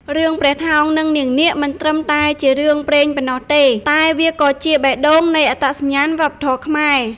រឿងព្រះថោង និងនាងនាគ មិនត្រឹមតែជារឿងព្រេងប៉ុណ្ណោះទេ តែវាក៏ជាបេះដូងនៃអត្តសញ្ញាណវប្បធម៌ខ្មែរ។